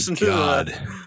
God